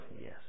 Yes